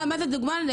זה דוגמה.